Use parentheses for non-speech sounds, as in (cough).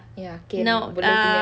ya okay (noise) boleh